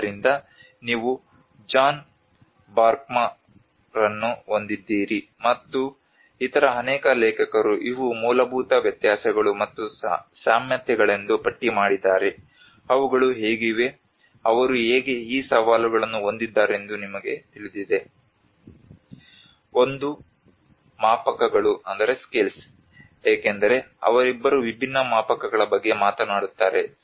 ಆದ್ದರಿಂದ ನೀವು ಜಾನ್ ಬರ್ಕ್ಮನ್ರನ್ನು ಹೊಂದಿದ್ದೀರಿ ಮತ್ತು ಇತರ ಅನೇಕ ಲೇಖಕರು ಇವು ಮೂಲಭೂತ ವ್ಯತ್ಯಾಸಗಳು ಮತ್ತು ಸಾಮ್ಯತೆಗಳೆಂದು ಪಟ್ಟಿ ಮಾಡಿದ್ದಾರೆ ಅವುಗಳು ಹೇಗಿವೆ ಅವರು ಹೇಗೆ ಈ ಸವಾಲುಗಳನ್ನು ಹೊಂದಿದ್ದಾರೆಂದು ನಿಮಗೆ ತಿಳಿದಿದೆ ಒಂದು ಮಾಪಕಗಳು ಏಕೆಂದರೆ ಅವರಿಬ್ಬರು ವಿಭಿನ್ನ ಮಾಪಕಗಳ ಬಗ್ಗೆ ಮಾತನಾಡುತ್ತಾರೆ